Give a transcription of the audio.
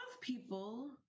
people